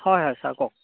হয় হয় ছাৰ কওক